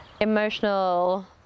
Emotional